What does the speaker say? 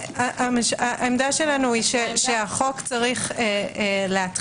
בפועל חקירה שהתחילה לפני שהחוק נכנס לתוקף,